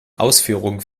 ausführungen